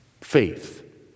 faith